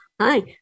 Hi